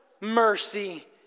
mercy